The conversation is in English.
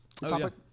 Topic